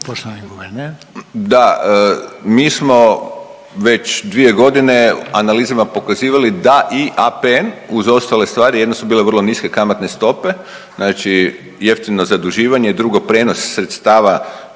Da, mi smo već dvije godine analizama pokazivali da i APN uz ostale stvari jedino su bile vrlo niske kamatne stope, znači jeftino zaduživanje, drugo prijenos sredstava